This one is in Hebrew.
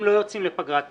אם לא יוצאים לפגרת בחירות,